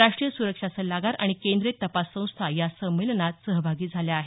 राष्ट्रीय सुरक्षा सल्लागार आणि केंद्रीय तपास संस्था या संमेलनात सहभागी झाल्या आहेत